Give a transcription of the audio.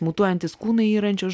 mutuojantys kūnai yrančios